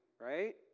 right